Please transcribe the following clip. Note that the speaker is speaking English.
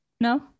no